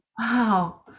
Wow